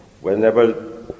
whenever